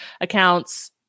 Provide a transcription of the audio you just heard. accounts